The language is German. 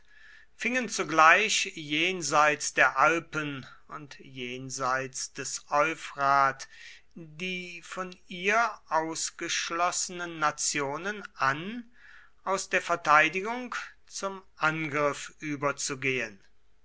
fingen zugleich jenseits der alpen und jenseits des euphrat die von ihr ausgeschlossenen nationen an aus der verteidigung zum angriff überzugehen